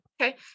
Okay